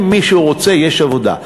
אם מישהו רוצה, יש עבודה.